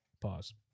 Pause